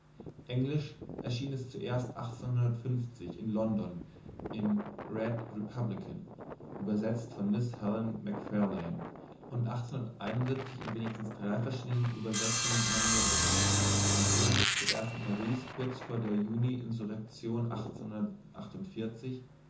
englisch erschien es zuerst in london im red republican übersetzt von miß helen macfarlane und in wenigstens drei verschiedenen übersetzungen in amerika französisch zuerst in paris kurz vor der juni insurrektion